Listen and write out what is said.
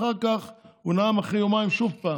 אחר כך הוא נאם אחרי יומיים שוב פעם,